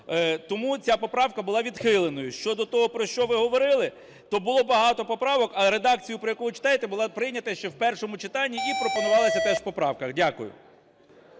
Тому ця поправка була відхиленою. Щодо того, про що ви говорили. То було багато поправок, а редакція, про яку ви читаєте, була прийнята ще в першому читанні і пропонувалася теж в поправках. Дякую.